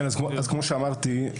כן, אז כמו שאמרתי,